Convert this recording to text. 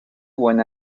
buen